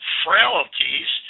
frailties